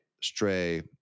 stray